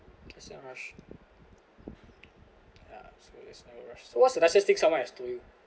cause no rush ya so there's no rush so what's the nicest thing someone has told you